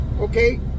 okay